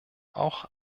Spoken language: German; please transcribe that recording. auch